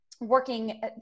working